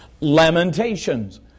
Lamentations